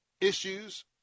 issues